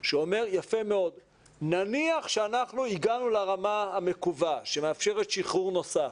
שאומר שנניח שאנחנו הגענו לרמה המקווה שמאפשרת שחרור נוסף,